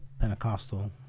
Pentecostal